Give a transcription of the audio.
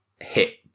hit